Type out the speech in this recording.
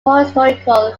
historical